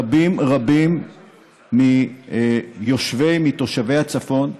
רבים רבים מתושבי הצפון,